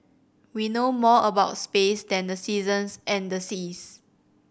we know more about space than the seasons and the seas